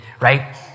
Right